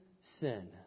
sin